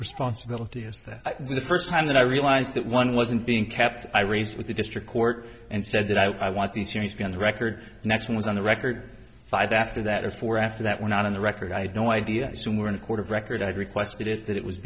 responsibility is that the first time that i realized that one wasn't being kept i raised with the district court and said that i want the jury's going to record the next one was on the record five after that or four after that were not on the record i had no idea some were in a court of record i requested that it was